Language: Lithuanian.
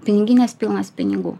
pinigines pilnas pinigų